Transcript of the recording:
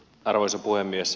arvoisa puhemies